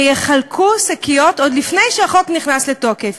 שיחלקו שקיות עוד לפני שהחוק נכנס לתוקף.